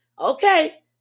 Okay